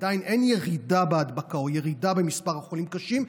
עדיין אין ירידה בהדבקה או ירידה במספר החולים קשה,